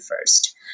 first